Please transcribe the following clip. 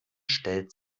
stellt